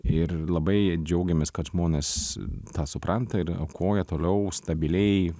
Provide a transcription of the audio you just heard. ir labai džiaugiamės kad žmonės tą supranta ir aukoja toliau stabiliai